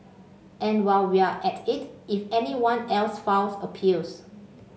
and while we're at it if anyone else files appeals